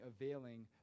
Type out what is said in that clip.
availing